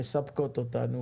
ומספקות אותנו